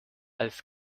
als